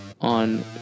on